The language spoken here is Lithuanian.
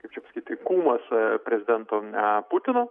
kaip čia pasakyti kūmas a prezidento a putino